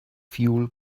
fuel